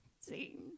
See